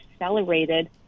accelerated